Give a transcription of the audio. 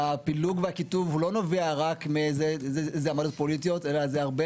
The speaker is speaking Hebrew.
והפילוג והקיטוב לא נובע רק מאיזה עמדות פוליטיות אלא זה הרבה